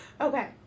Okay